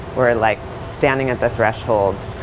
we're like standing at the threshold,